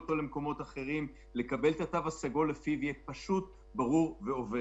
ומקומות אחרים כן עשו את